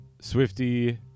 Swifty